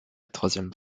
troisième